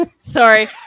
Sorry